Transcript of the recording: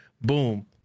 Boom